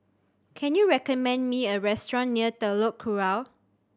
can you recommend me a restaurant near Telok Kurau